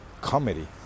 comedy